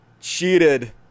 cheated